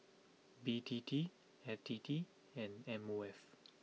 B T T F T T and M O F